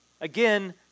Again